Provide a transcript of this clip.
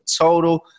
total